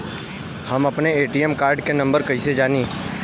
हम अपने ATM card के नंबर कइसे जानी?